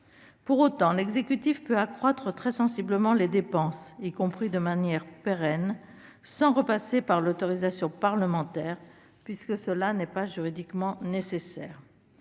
Pour autant, l'exécutif peut accroître très sensiblement les dépenses, y compris de manière pérenne, sans repasser par l'autorisation parlementaire, puisque cela n'est pas juridiquement nécessaire.